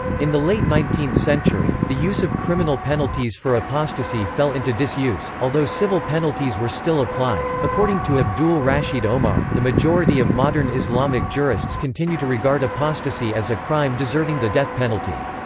in the late nineteenth century, the use of criminal penalties for apostasy fell into disuse, although civil penalties were still applied according to abdul rashied omar, the majority of modern islamic jurists continue to regard apostasy as a crime deserving the death penalty.